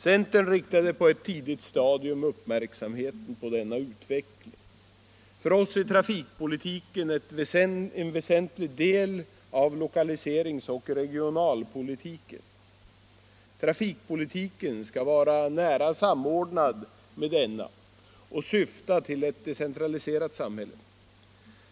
Centern riktade på ett tidigt stadium uppmärksamheten på denna utveckling. För oss är trafikpolitiken en väsentlig del av lokaliseringsoch regionalpolitiken. Trafikpolitiken skall vara nära samordnad med denna och syfta till ett decentraliserat samhälle.